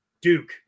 Duke